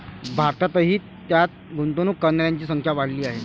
भारतातही त्यात गुंतवणूक करणाऱ्यांची संख्या वाढली आहे